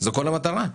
כל המטרה.